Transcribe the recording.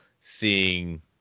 seeing